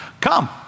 come